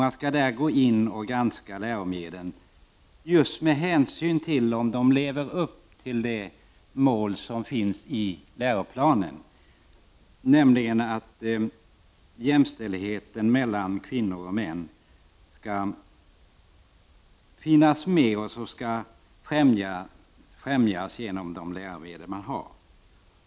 Man skall gå in och granska läromedlen med hänsyn till om de lever upp till de mål som finns i läroplanen — nämligen att jämställdheten mellan kvinnor och män skall finnas med och främjas genom läromedlen.